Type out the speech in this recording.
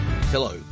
Hello